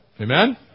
Amen